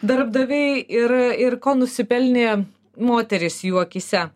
darbdaviai ir ir ko nusipelnė moterys jų akyse